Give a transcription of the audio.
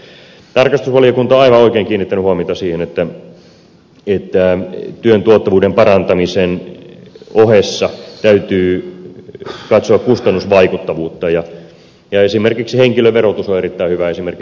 tarkastusvaliokunta on aivan oikein kiinnittänyt huomiota siihen että työn tuottavuuden parantamisen ohessa täytyy katsoa kustannusvaikuttavuutta ja esimerkiksi henkilöverotus on erittäin hyvä esimerkki tästä